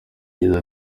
yagize